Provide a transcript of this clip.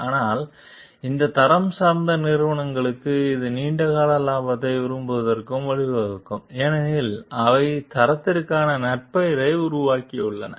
ஆனால் இந்த தரம் சார்ந்த நிறுவனங்களுக்கு இது நீண்ட கால லாபத்தை விரும்புவதற்கு வழிவகுக்கும் ஏனெனில் அவை தரத்திற்கான நற்பெயரை உருவாக்கியுள்ளன